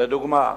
לדוגמה,